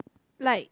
like